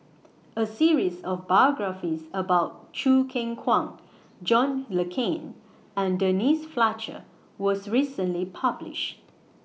A series of biographies about Choo Keng Kwang John Le Cain and Denise Fletcher was recently published